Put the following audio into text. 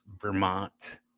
Vermont